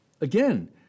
Again